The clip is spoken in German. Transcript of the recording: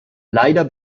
leider